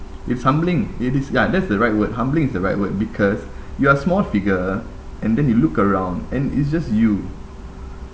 it's humbling it is ya that's the right word humbling is the right word because you are small figure and then you look around and it's just you